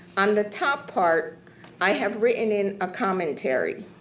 on the top part i have written in a commentary